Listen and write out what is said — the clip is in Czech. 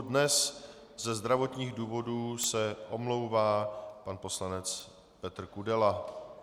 Dnes ze zdravotních důvodů se omlouvá pan poslanec Petr Kudela.